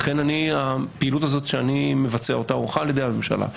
לכן הפעילות הזאת שאני מבצע אותה הוכנה על ידי הממשלה.